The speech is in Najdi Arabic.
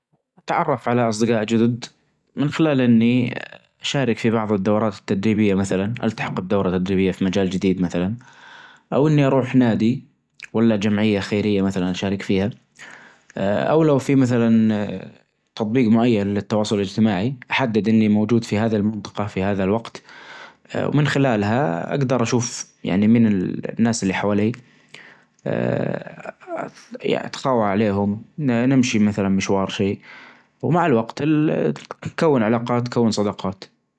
نتعرف على أصدجاء جدد من خلال إني آآ أشارك في بعض الدورات التدريبية مثلا التحق الدورة التدريبية في مجال جديد مثلا أو إني أروح نادي ولا جمعية خيرية مثلا أشارك فيها آآ أو لو في مثلا آآ تطبيق معين للتواصل الإجتماعي أحدد إني موجود في هذا المنطقة في هذا الوقت ومن خلالها أجدر أشوف يعني من الناس اللي حولي، أتخوى عليهم نمشي مثلا مشوار شيء ومع الوقت ال تكون علاقات تكون صداقات.